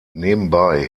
nebenbei